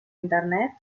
internet